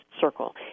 circle